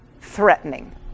threatening